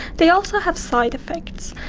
they also have side-effects,